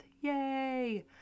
Yay